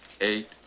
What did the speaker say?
eight